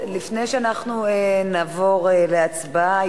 לפני שנעבור להצבעה,